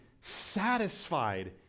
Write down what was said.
satisfied